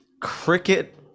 cricket